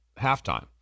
halftime